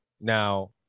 Now